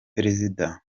perezida